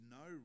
no